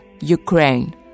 Ukraine